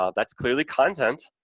ah that's clearly content,